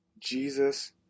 Jesus